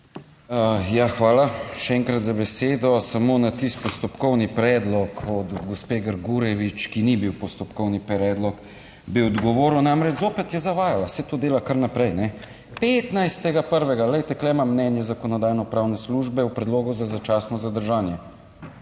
Ja, hvala še enkrat za besedo. Samo na tisti postopkovni predlog od gospe Grgurevič, ki ni bil postopkovni predlog, bi odgovoril, namreč zopet je zavajala, saj to dela kar naprej. 15. 1., glejte, tu imam mnenje Zakonodajno-pravne službe o predlogu za začasno zadržanje.